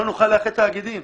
לא נוכל לתת תאגידים.